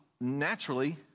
naturally